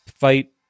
fight